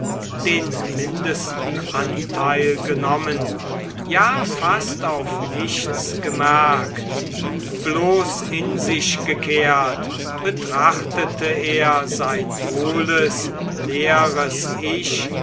den mindesten anteil genommen ja fast auf nichts gemerkt bloß in sich gekehrt betrachtete er sein hohles leeres ich